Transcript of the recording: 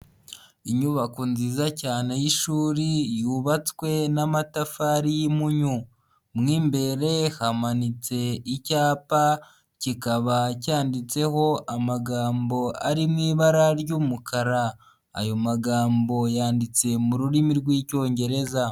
Inyubako nziza cyane y'ishuri yubatswe n'amatafari y'impunyu, mo imbere hamanitse icyapa kikaba cyanditseho amagambo ari mu ibara ry'umukara, ayo magambo yanditse mu rurimi rw'icyongereza.